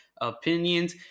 opinions